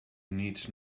needs